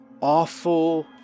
awful